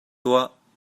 tuah